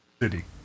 City